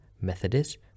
Methodist